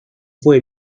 fue